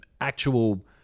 actual